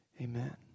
Amen